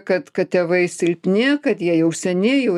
kad kad tėvai silpni kad jie jau seni jau